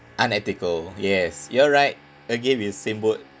unethical yes you're right again with same boat